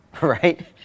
right